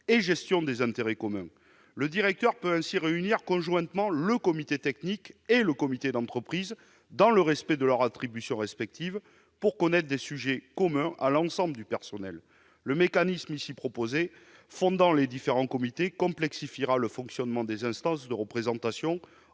la gestion des intérêts communs. Ainsi, le directeur peut réunir conjointement le comité technique et le comité d'entreprise, dans le respect de leurs attributions respectives, pour connaître des sujets communs à l'ensemble du personnel. Le mécanisme proposé ici, qui fusionne les différents comités, complexifierait, je le répète, le fonctionnement des instances de représentation,